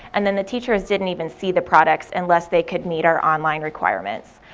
and then the teachers didn't even see the products unless they could meet our online requirements.